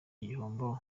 igihombo